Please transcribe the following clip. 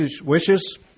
wishes